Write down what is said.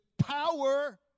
power